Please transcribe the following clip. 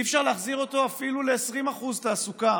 אי-אפשר להחזיר אותו אפילו ל-20% תעסוקה,